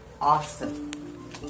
awesome